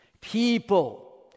People